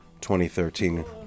2013